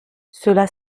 cela